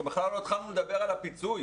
אנחנו בכלל לא התחלנו לדבר על הפיצוי.